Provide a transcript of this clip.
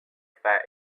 fat